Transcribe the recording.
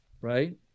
right